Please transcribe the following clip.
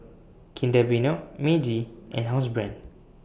Kinder Bueno Meiji and Housebrand